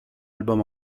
album